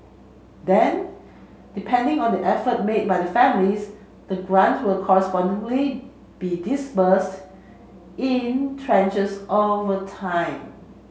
then depending on the effort made by the families the grant will correspondingly be disbursed in tranches over time